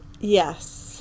Yes